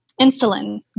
insulin